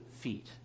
feet